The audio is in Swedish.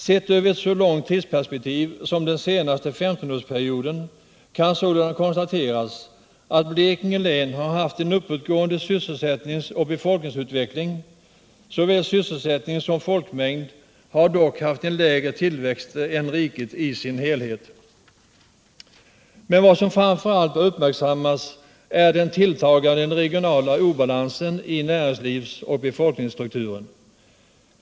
Sett i ett så långt tidsperspektiv som den senaste 15-årsperioden, kan man således konstatera att Blekinge län har haft en uppåtgående sysselsättnings 'och befolkningsutveckling. Såväl sysselsättning som folkmängd har dock haft en lägre tillväxt än i riket i dess helhet. Men vad som framför allt har uppmärksammats är den tilltagande regionala obalansen i näringslivsoch befolkningsstrukturen.